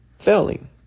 failing